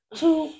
two